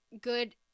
good